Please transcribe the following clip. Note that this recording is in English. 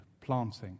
planting